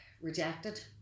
rejected